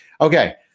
Okay